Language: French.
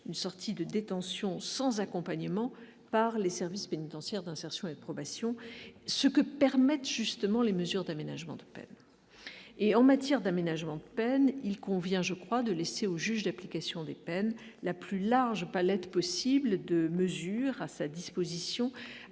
une sortie de détention sans accompagnement par les services pénitentiaires d'insertion et de probation, ce que permettent justement les mesures d'aménagement de peine et en matière d'aménagement de peine, il convient, je crois, de laisser au juge d'application des peines, la plus large palette possible de mesures à sa disposition